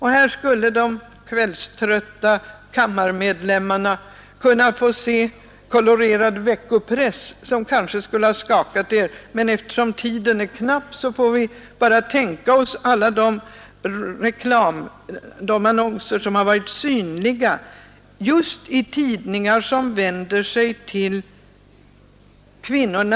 Här skulle ni, kvällströtta kammarledamöter, kunna få se kolorerad veckopress, som kanske skulle ha skakat er, men eftersom tiden är knapp får vi bara tänka oss alla de annonser som har varit synliga just i tidningar som vänder sig till kvinnorna.